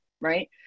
Right